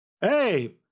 Hey